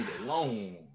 alone